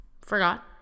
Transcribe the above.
Forgot